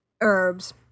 herbs